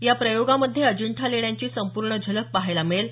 या प्रयोगामध्ये अजिंठा लेण्यांची संपूर्ण झलक पहायला मिळेल